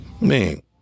man